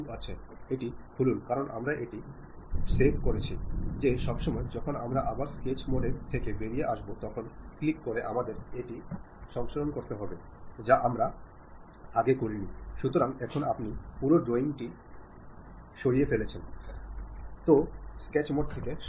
അതുപോലെ നിങ്ങൾ നിങ്ങളുടെ സുഹൃത്തിനോടോ ഏതെങ്കിലും ബന്ധുവിനോടോ അല്ലെങ്കിൽ മറ്റാരോടോ സംസാരിക്കുമ്പോൾ ചിലപ്പോൾ അയാൾ ശ്രദ്ധിക്കുന്നുണ്ടെങ്കിലും നിങ്ങളോട് ശരിയായ രീതിയിൽ പ്രതികരിക്കുന്നില്ലെന്ന് നിങ്ങൾക്ക് തോന്നിയേക്കാം അല്ലെങ്കിൽ സംസാരത്തിനിടയ്ക്കുവെച്ചു ബന്ധം നഷ്ട്ടപെട്ടിണ്ടുണ്ടാകാം